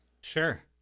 sure